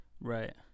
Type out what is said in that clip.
Right